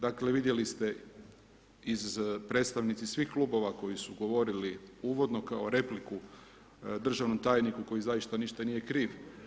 Dakle vidjeli ste iz predstavnici svih klubova koji su govorili uvodno kao repliku državnom tajniku koji zaista ništa nije kriv.